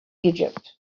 egypt